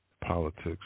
politics